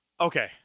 Okay